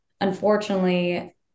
unfortunately